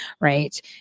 Right